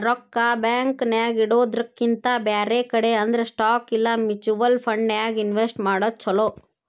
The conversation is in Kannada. ರೊಕ್ಕಾ ಬ್ಯಾಂಕ್ ನ್ಯಾಗಿಡೊದ್ರಕಿಂತಾ ಬ್ಯಾರೆ ಕಡೆ ಅಂದ್ರ ಸ್ಟಾಕ್ ಇಲಾ ಮ್ಯುಚುವಲ್ ಫಂಡನ್ಯಾಗ್ ಇನ್ವೆಸ್ಟ್ ಮಾಡೊದ್ ಛಲೊ